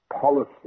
policy